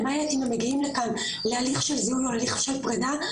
למעט אם הם מגיעים לכאן להליך של זיהוי או הליך של פרידה.